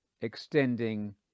extending